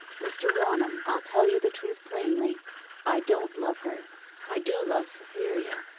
mr. raunham, i'll tell you the truth plainly i don't love her i do love cytherea,